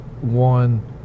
one